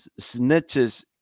snitches